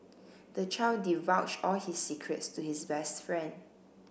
the child divulged all his secrets to his best friend